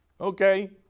Okay